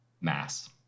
mass